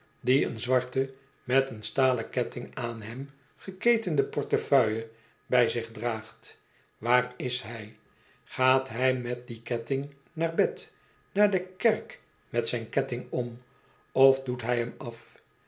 die een zwarte met een stalen ketting aan hem geketende portefeuille bij zich draagt waar is hij gaat hij met dien ketting naar bed naar de kerk met zijn ketting om of doet hij m af